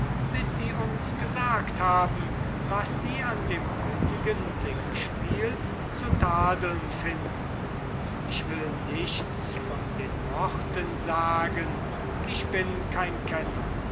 bis sie uns gesagt haben was sie an dem heutigen singspiel zu tadeln finden ich will nichts von den worten sagen ich bin kein kenner